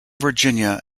virginia